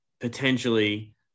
potentially